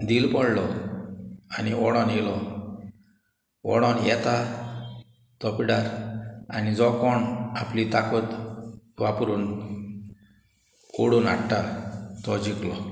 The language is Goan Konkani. ढील पोडलो आनी ओडोन येयलो ओडोन येता तो पिड्डार आनी जो कोण आपली ताकत वापरून ओडून हाडटा तो जिकलो